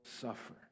suffer